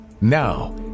Now